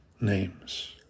names